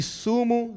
sumo